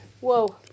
whoa